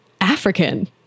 African